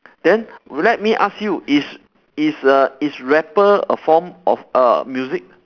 then let me ask you is is a is rapper a form of a music